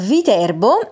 Viterbo